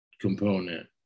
component